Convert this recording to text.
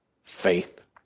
Faith